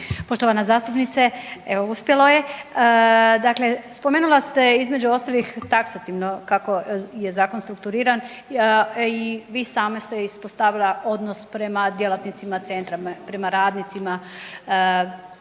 Poštovana zastupnice, evo, uspjelo je. Dakle, spomenula ste, između ostalih, taksativno kako je zakon strukturiran i vi sama ste ispostavila odnos prema djelatnicima centra, prema radnicima